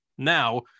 Now